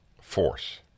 force